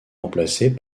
remplacés